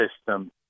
system